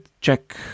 check